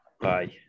Bye